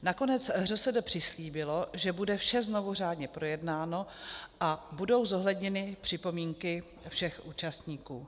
Nakonec ŘSD přislíbilo, že bude vše znovu řádně projednáno a budou zohledněny připomínky všech účastníků.